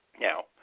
now